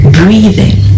breathing